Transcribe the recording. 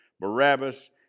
Barabbas